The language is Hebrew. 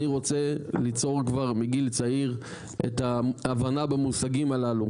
אני רוצה ליצור כבר מגיל צעיר את ההבנה במושגים הללו,